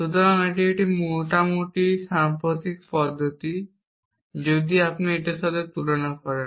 সুতরাং এটি একটি মোটামুটি সাম্প্রতিক পদ্ধতি যদি আপনি এটির সাথে তুলনা করেন